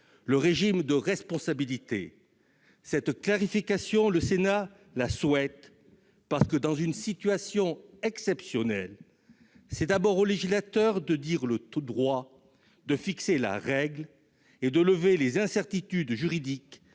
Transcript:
le régime de responsabilité. Il souhaite cette clarification, parce que dans une situation exceptionnelle c'est d'abord au législateur de dire le droit, de fixer la règle et de lever les incertitudes juridiques